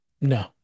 No